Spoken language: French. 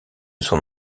son